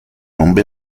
nombre